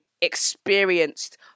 experienced